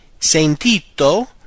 Sentito